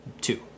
two